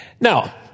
Now